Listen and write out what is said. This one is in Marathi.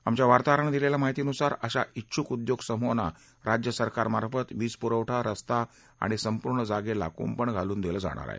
आमच्या वार्ताहरानं दिलेल्या माहितनुसार अशा इच्छूक उद्योग समुहांना राज्य सरकरमार्फत वीजपुरवठा रस्ता आणि संपूर्ण जागेला कुंपण घालून दिलं जाणार आहे